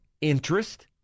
interest